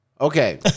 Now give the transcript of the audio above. okay